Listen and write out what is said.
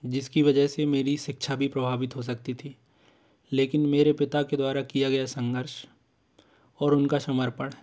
जिसकी वजह से मेरी शिक्षा भी प्रभावित हो सकती थी लेकिन मेरे पिता के द्वारा किया गया संघर्ष और उनका समर्पण